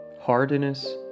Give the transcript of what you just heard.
Hardiness